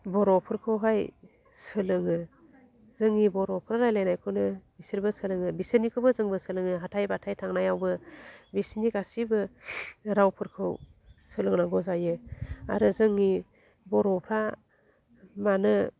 बर'फोरखौहाय सोलोङो जोंनि बर'फोर रायलायनायखौनो बिसोरबो सोलोङो बिसोरनिखौ जोंबो सोलोङो हाथाइ बाथाइ थांनायावबो बिसिनि गासैबो रावफोरखौ सोलोंनांगौ जायो आरो जोंनि बर'फ्रा मानो